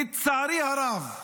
לצערי הרב.